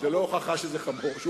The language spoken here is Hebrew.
זאת לא הוכחה שהוא חמור.